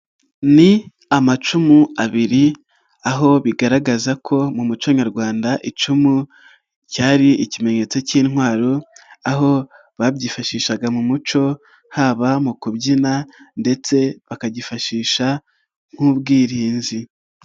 Ni amacumu abiri aho bigaragaza ko mu muco nyarwanda icumu cyari ikimenyetso k'intwaro aho babyifashishaga mu muco haba mu kubyina ndetse bakagifashisha nk'ubwirinzi.